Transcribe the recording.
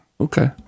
Okay